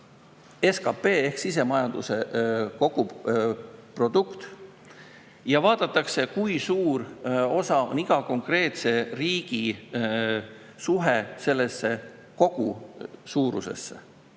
SKP ehk sisemajanduse koguprodukt ja vaadatakse, kui suur on iga konkreetse riigi suhe sellesse kogusuurusesse.